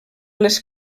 les